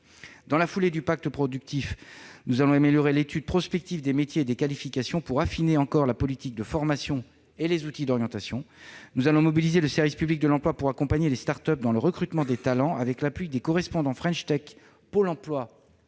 Dans la foulée du Pacte productif, nous allons améliorer l'étude prospective des métiers et des qualifications, pour affiner encore la politique de formation et les outils d'orientation. Nous allons mobiliser le service public de l'emploi afin d'accompagner les start-up dans le recrutement des talents, avec l'appui des correspondants French Tech de Pôle emploi